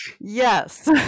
yes